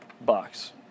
box